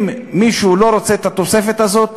אם מישהו לא רוצה את התוספת הזאת,